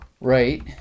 Right